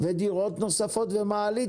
ודירות נוספות ומעלית,